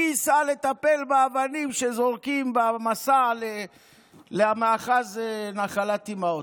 מי ייסע לטפל באבנים שזורקים במסע למאחז נחלת אימהות.